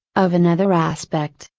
of another aspect.